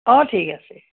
অঁ ঠিক আছে